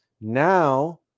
Now